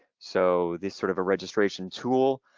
so this sort of a registration tool.